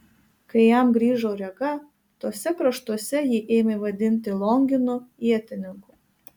kai jam grįžo rega tuose kraštuose jį ėmė vadinti longinu ietininku